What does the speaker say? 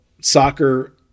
soccer